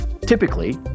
Typically